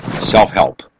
self-help